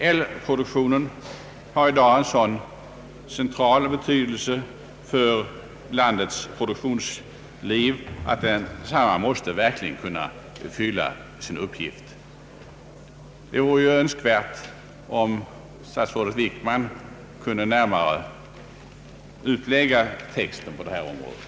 Elproduktionen har i dag en sådan central betydelse för landets produktion att den måste kunna fylla sin uppgift. Det vore önskvärt om statsrådet Wickman närmare kunde förklara situationen på detta område.